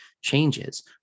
changes